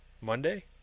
Monday